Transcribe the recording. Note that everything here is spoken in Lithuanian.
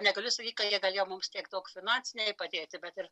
negaliu sakyk kad jie galėjo mums tiek daug finansiniai padėti bet ir